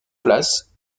place